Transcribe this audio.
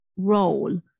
Role